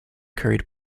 curried